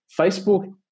Facebook